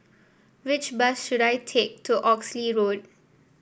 which bus should I take to Oxley Road